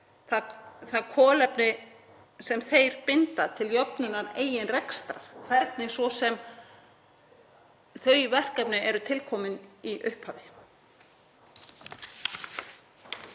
það kolefni sem þeir binda til jöfnunar í eigin rekstri, hvernig svo sem þau verkefni eru til komin í upphafi.